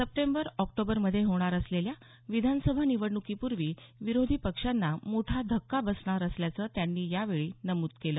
September October मध्ये होणार असलेल्या विधानसभा निवडणुकीपूर्वी विरोधी पक्षांना मोठा धक्का बसणार असल्याचं त्यांनी यावेळी नमूद केलं